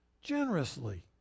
generously